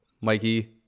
Mikey